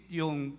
yung